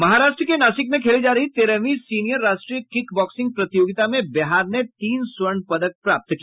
महाराष्ट्र के नासिक में खेली जा रही तेरहवीं सीनियर राष्ट्रीय किक बॉक्सिंग प्रतियोगिता में बिहार ने तीन स्वर्ण पदक प्राप्त किया